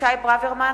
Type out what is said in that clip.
אבישי ברוורמן,